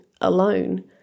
alone